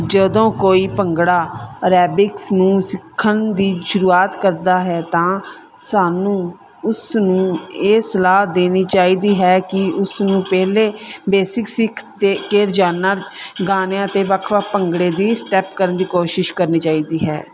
ਜਦੋਂ ਕੋਈ ਭੰਗੜਾ ਰੈਬਿਕਸ ਨੂੰ ਸਿੱਖਣ ਦੀ ਸ਼ੁਰੂਆਤ ਕਰਦਾ ਹੈ ਤਾਂ ਸਾਨੂੰ ਉਸ ਨੂੰ ਇਹ ਸਲਾਹ ਦੇਣੀ ਚਾਹੀਦੀ ਹੈ ਕਿ ਉਸ ਨੂੰ ਪਹਿਲਾਂ ਬੇਸਿਕ ਸਿੱਖ ਅਤੇ ਰੋਜ਼ਾਨਾ ਗਾਣਿਆਂ 'ਤੇ ਵੱਖ ਵੱਖ ਭੰਗੜੇ ਦੇ ਸਟੈਪ ਕਰਨ ਦੀ ਕੋਸ਼ਿਸ਼ ਕਰਨੀ ਚਾਹੀਦੀ ਹੈ